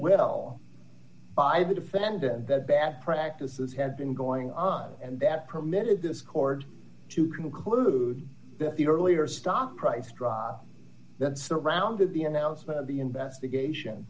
will by the defendant that bad practices had been going on and that permitted dischord to conclude that the earlier stock price drop that surrounded the announcement of the investigation